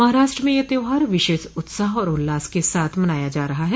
महाराष्ट्र में यह त्यौहार विशेष उत्साह और उल्लास के साथ मनाया जा रहा है